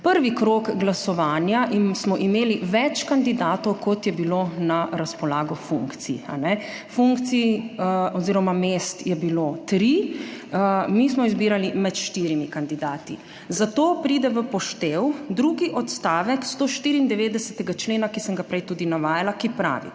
Prvi krog glasovanja smo imeli več kandidatov, kot je bilo na razpolago funkcij. Funkcije oziroma mesta so bila tri, mi smo izbirali med štirimi kandidati, zato pride v poštev drugi odstavek 194. člena, ki sem ga prej tudi navajala, ki pravi: